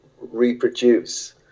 reproduce